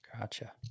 Gotcha